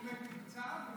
הוא מתוקצב?